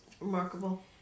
remarkable